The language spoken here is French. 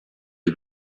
est